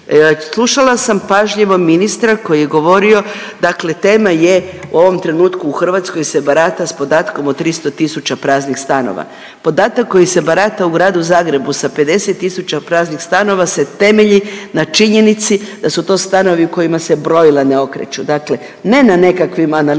Slušala sam pažljivo ministra koji je govorio dakle tema je u ovom trenutku u Hrvatskoj se barata s podatkom o 300 tisuća praznih stanova. Podatak kojim se barata u Gradu Zagrebu sa 50 tisuća praznih stanova se temelji na činjenici da su to stanovi u kojima se brojila ne okreću dakle ne na nekakvim analizama